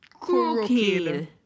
Crooked